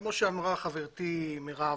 כמו שאמרה חברתי מרב,